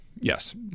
Yes